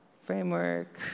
Framework